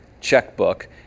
checkbook